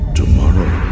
tomorrow